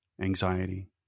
anxiety